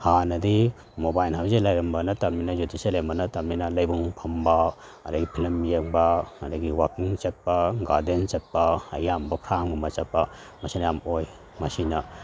ꯍꯥꯟꯅꯗꯤ ꯃꯣꯕꯥꯏꯜ ꯑꯁꯦ ꯂꯩꯔꯝꯕ ꯅꯠꯇꯃꯤꯅ ꯌꯨꯇꯨꯞꯁꯦ ꯂꯩꯔꯝꯕ ꯅꯠꯇꯃꯤꯅ ꯂꯩꯕꯨꯡ ꯐꯝꯕ ꯑꯗꯒꯤ ꯐꯤꯂꯝ ꯌꯦꯡꯕ ꯑꯗꯒꯤ ꯋꯥꯛꯀꯤꯡ ꯆꯠꯄ ꯒꯥꯔꯗꯦꯟ ꯆꯠꯄ ꯑꯌꯥꯝꯕ ꯐꯥꯝꯒꯨꯝꯕ ꯆꯠꯄ ꯃꯁꯤꯅ ꯑꯣꯏ ꯃꯁꯤꯅ